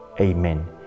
amen